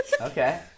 Okay